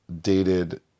dated